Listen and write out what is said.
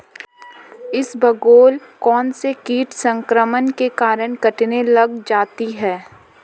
इसबगोल कौनसे कीट संक्रमण के कारण कटने लग जाती है?